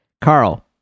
Carl